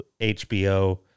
HBO